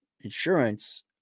insurance